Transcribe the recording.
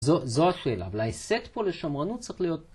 זו השאלה, אבל ההיסט פה לשמרנות צריך להיות קל.